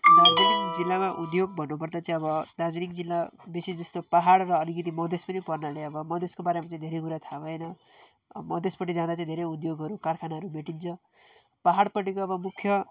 दार्जिलिङ जिल्लामा उद्योग भन्नु पर्दा चाहिँ अब दार्जिलिङ जिल्ला बेसी जस्तो पहाड र अलिकति मधेस पनि पर्नाले अब मधेसको बारेमा चाहिँ धेरै कुरा थाहा भएन मधेसपट्टि जाँदा चाहिँ धेरै उद्योगहरू कारखानाहरू भेटिन्छ पहाडपट्टिको अब मुख्य